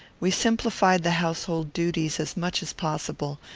we simplified the household duties as much as possible,